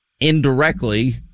indirectly